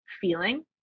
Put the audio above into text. feeling